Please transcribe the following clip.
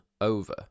over